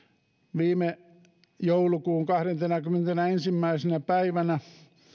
viime joulukuun kahdentenakymmenentenäensimmäisenä päivänä